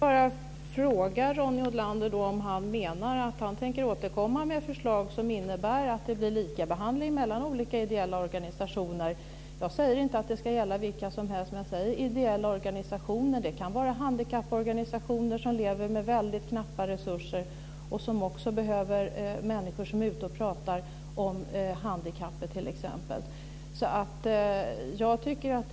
Fru talman! Menar Ronny Olander att han tänker återkomma med förslag som innebär att det blir likabehandling mellan olika ideella organisationer? Jag säger inte att det ska gälla vilka som helst, utan jag säger ideella organisationer. Det kan vara handikapporgansationer som lever med knappa resurser och som behöver människor som pratar om t.ex. handikapp.